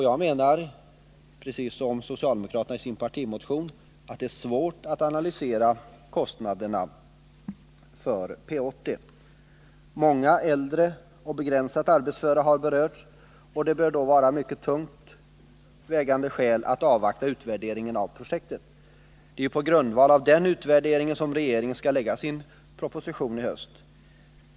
Jag menar precis som socialdemokraterna i sin partimotion att det är svårt att analysera kostnaderna för Projekt 80. Många äldre och begränsat arbetsföra har berörts, vilket bör vara ett mycket tungt skäl för att avvakta utvärderingen av projektet. Det är ju på grundval av den utvärderingen som regeringen skall framlägga sin proposition i höst.